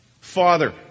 Father